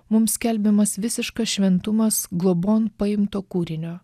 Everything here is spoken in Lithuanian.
mums skelbiamas visiškas šventumas globon paimto kūrinio